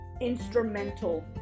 instrumental